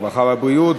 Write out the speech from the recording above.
הרווחה והבריאות,